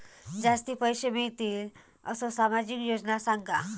जास्ती पैशे मिळतील असो सामाजिक योजना सांगा?